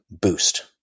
boost